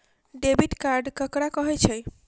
Debit card ककरा कहै छै?